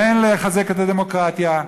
כן לחזק את הדמוקרטיה,